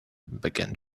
began